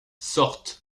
sortent